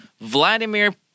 Vladimir